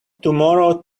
tomorrow